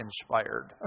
inspired